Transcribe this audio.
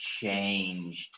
changed